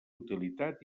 utilitat